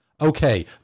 Okay